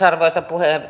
arvoisa puhemies